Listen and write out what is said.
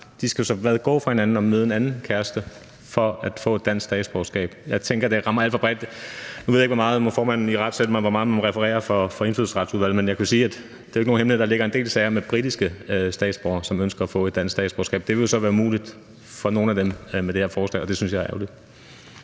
De skal så gå fra hinanden og møde en anden kæreste for at få dansk statsborgerskab. Jeg tænker, at det rammer alt for bredt. Nu ved jeg ikke – formanden må irettesætte mig – hvor meget man må referere fra Indfødsretsudvalget, men jeg kan sige, at det ikke er nogen hemmelighed, at der ligger en del sager med britiske statsborgere, som ønsker at få et dansk statsborgerskab. Det vil jo så være umuligt for nogen af dem med det her forslag, og det synes jeg er ærgerligt.